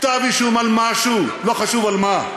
כתב אישום על משהו, לא חשוב על מה.